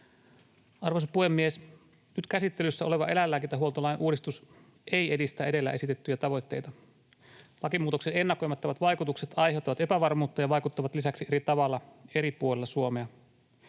Arvoisa puhemies! Nyt käsittelyssä oleva eläinlääkintähuoltolain uudistus ei edistä edellä esitettyjä tavoitteita. Lakimuutoksen ennakoimattomat vaikutukset aiheuttavat epävarmuutta ja vaikuttavat lisäksi eri tavalla eri puolilla Suomea.